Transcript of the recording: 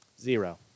zero